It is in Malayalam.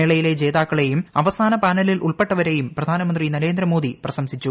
മേളയിലെ ജേതാക്കളെയും അവസാന പാനലിൽ ഉൾപ്പെട്ടവരെയും പ്രധാനമന്ത്രി നരേന്ദ്ര മോദി പ്രശംസിച്ചു